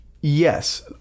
Yes